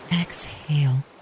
exhale